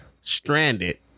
stranded